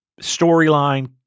storyline